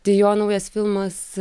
tai jo naujas filmas